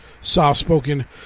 soft-spoken